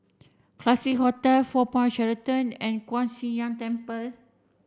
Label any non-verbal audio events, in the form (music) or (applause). Classique Hotel Four Point Sheraton and Kuan (unintelligible) Temple